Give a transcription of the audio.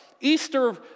Easter